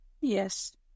Yes